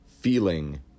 feeling